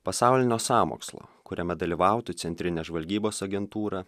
pasaulinio sąmokslo kuriame dalyvautų centrinė žvalgybos agentūra